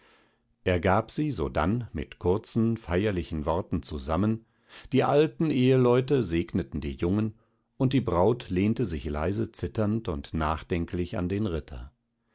er gab sie sodann mit kurzen feierlichen worten zusammen die alten eheleute segneten die jungen und die braut lehnte sich leise zitternd und nachdenklich an den ritter